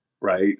right